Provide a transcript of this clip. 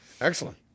Excellent